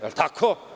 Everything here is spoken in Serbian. Jel tako?